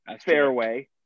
fairway